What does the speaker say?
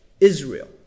Israel